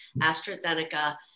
AstraZeneca